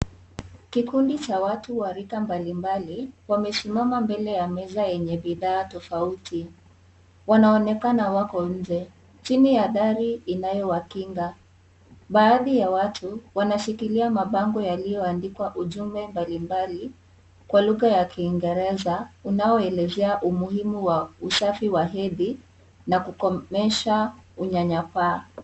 Kikundi cha rika ya watu mbali mbali, wamesimama mbele ya meza yenye bidhaa tofauti, wanaonekana wako nje, chini ya dari inayo wakinga, baadhi ya watu, wanashikilia mabango yaliyoandikwa ujumbe mbali mbali, kwa lugha ya kiingereza, unao elezea umuhimu wa usafi wa hevi, na kukomesha unyanyapaa.